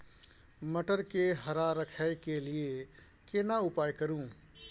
मटर के हरा रखय के लिए केना उपाय करू?